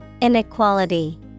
Inequality